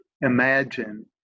imagine